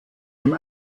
dem